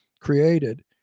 created